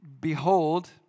behold